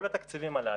כל התקציבים הללו,